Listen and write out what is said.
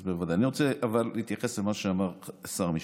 אני רוצה אבל להתייחס למה שאמר שר המשפטים.